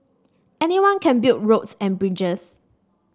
anyone can build roads and bridges